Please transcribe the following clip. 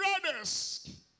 brothers